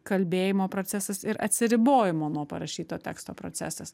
kalbėjimo procesas ir atsiribojimo nuo parašyto teksto procesas